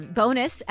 bonus